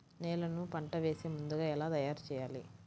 నేలను పంట వేసే ముందుగా ఎలా తయారుచేయాలి?